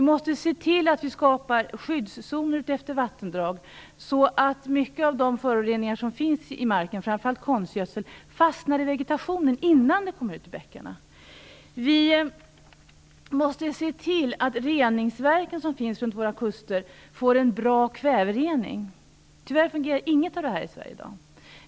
Vi måste se till att vi skapar skyddszoner utefter vattendrag, så att mycket av de föroreningar som finns i marken, framför allt konstgödsel, fastnar i vegetationen innan de kommer ut i bäckarna. Vi måste se till att reningsverken som finns runt våra kuster får en bra kväverening. Tyvärr fungerar inget av det här i Sverige i dag.